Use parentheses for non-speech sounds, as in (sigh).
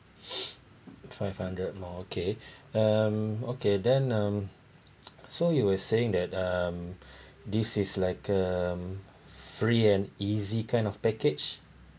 (breath) five hundred more okay (breath) um okay then um so you will saying that um (breath) this is like um free and easy kind of package